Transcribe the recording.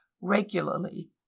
regularly